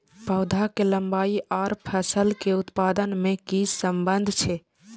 पौधा के लंबाई आर फसल के उत्पादन में कि सम्बन्ध छे?